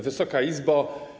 Wysoka Izbo!